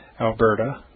Alberta